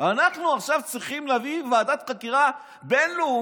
אנחנו עכשיו צריכים להביא ועדת חקירה בין-לאומית?